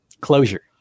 closure